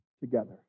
together